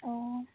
অঁ